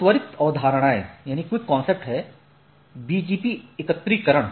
दो त्वरित अवधारणाऐ हैं एक है BGP एकत्रीकरण